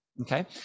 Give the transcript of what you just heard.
Okay